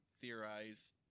theorize